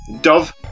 Dove